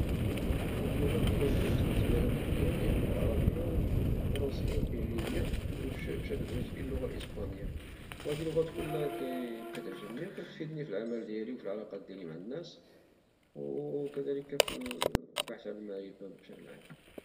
اللغات لي كنقدر نهدر بها حاليا هي اللغة العربية الفرنسية الإنجليزية وبشكل جزئي الاسبانية، وهدي لغات كلها كتعجبني وكتفيدني في العمل ديالي وفي العلاقات ديالي مع الناس وكذلك في البحث على المعرفة بشكل عام.